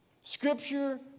Scripture